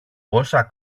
όσα